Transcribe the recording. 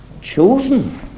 chosen